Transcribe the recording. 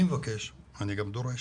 אני מבקש אני גם דורש